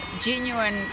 genuine